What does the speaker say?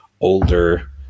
older